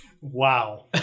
Wow